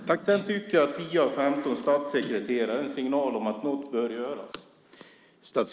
Jag tycker att 10 av 15 statssekreterare är en signal om att något bör göras.